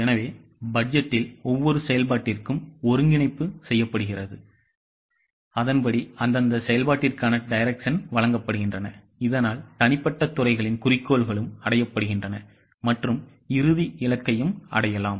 எனவே பட்ஜெட்டில் ஒவ்வொரு செயல்பாட்டிற்கும் ஒருங்கிணைப்பு செய்யப்படுகிறது அதன்படி அந்தந்த செயல்பாட்டிற்கான direction வழங்கப்படுகின்றன இதனால் தனிப்பட்ட துறைகளின் குறிக்கோள்களும் அடையப்படுகின்றன மற்றும் இறுதி இலக்கையும் அடையலாம்